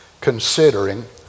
considering